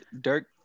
Dirk